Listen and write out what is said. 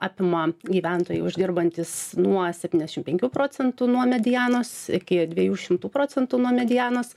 apima gyventojai uždirbantys nuo septyniasdešim penkių procentų nuo medianos iki dviejų šimtų procentų nuo medianos